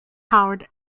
howard